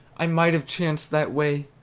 i might have chanced that way!